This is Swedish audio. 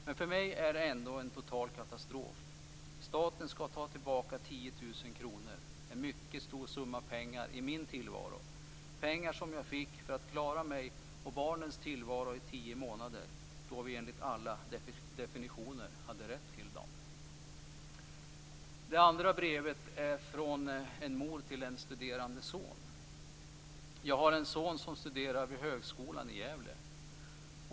Men för mig är det ändå en total katastrof - staten ska ha tillbaka 10 000 kronor - en mycket stor summa pengar i min tillvaro - pengar som jag fick för att klara mig och barnens tillvaro i tio månader då vi enligt alla definitioner hade rätt till dem." Det andra brevet är från en mor med en studerande son: "Jag har en son som studerar vid Högskolan i Gävle.